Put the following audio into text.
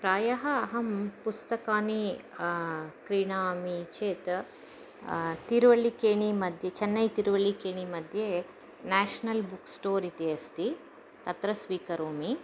प्रायः अहं पुस्तकानि क्रीणामि चेत् तिरुवळ्ळिकेणिमध्ये चेन्नै तिरुवळ्ळिकेणिमध्ये नाशनल् बुक्स्टोर् इति अस्ति तत्र स्वीकरोमि